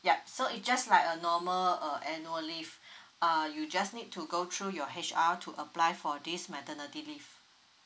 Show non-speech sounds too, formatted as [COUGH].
yup so it just like a normal uh annual leave [BREATH] uh you just need to go through your H_R to apply for this maternity leave